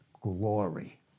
glory